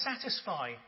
satisfy